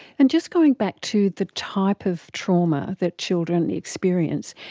and just going back to the type of trauma that children experience,